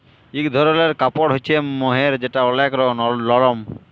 ইক ধরলের কাপড় হ্য়চে মহের যেটা ওলেক লরম